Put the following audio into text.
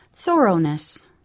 Thoroughness